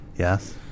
Yes